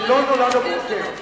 איזה עול אתה לוקח על עצמך.